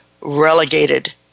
relegated